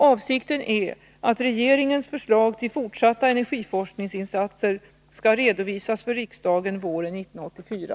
Avsikten är att regeringens förslag till fortsatta energiforskningsinsatser skall redovisas för riksdagen våren 1984.